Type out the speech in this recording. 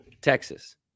Texas